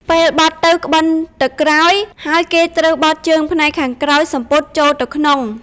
ពេលបត់ទៅក្បិនទៅក្រោយហើយគេត្រូវបត់ជើងផ្នែកខាងក្រោយសំពត់ចូលទៅក្នុង។